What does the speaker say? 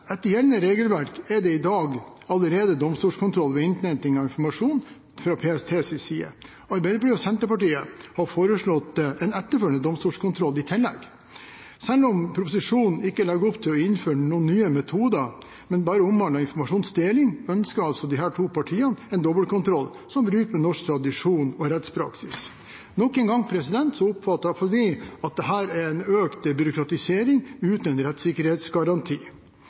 Etter gjeldende regelverk er det allerede i dag domstolskontroll ved innhenting av informasjon fra PSTs side. Arbeiderpartiet og Senterpartiet har foreslått en etterfølgende domstolskontroll i tillegg. Selv om proposisjonen ikke legger opp til å innføre noen nye metoder, men bare omhandler informasjonsdeling, ønsker altså disse to partiene en dobbeltkontroll som bryter med norsk tradisjon og rettspraksis. Nok en gang oppfatter iallfall vi at dette er en økt byråkratisering uten en rettssikkerhetsgaranti.